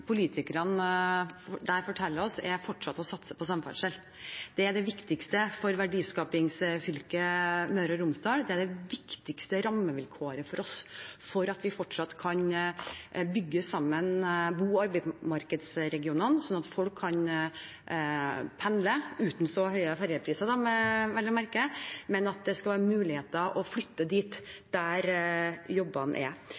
politikerne der fortalte oss, var: Fortsett å satse på samferdsel. Det er det viktigste for verdiskapingsfylket Møre og Romsdal, det er det viktigste rammevilkåret for at vi fortsatt kan bygge sammen bo- og arbeidsmarkedsregionene, slik at folk kan pendle – uten så høye ferjepriser, vel å merke – og slik at det skal være mulig å flytte dit jobbene er.